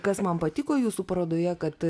kas man patiko jūsų parodoje kad